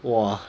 !wah!